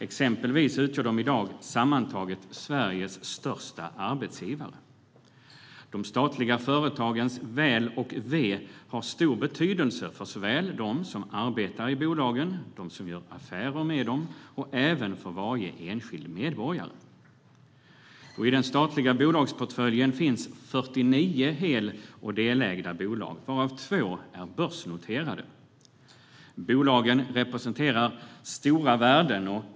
Exempelvis utgör de i dag sammantaget Sveriges största arbetsgivare. De statliga företagens väl och ve har stor betydelse för dem som arbetar i bolagen, för dem som gör affärer med dem och även för varje enskild medborgare. I den statliga bolagsportföljen finns 49 hel och delägda bolag, varav två är börsnoterade. Bolagen representerar stora värden.